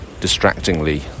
distractingly